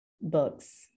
books